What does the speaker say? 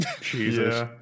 Jesus